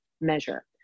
measure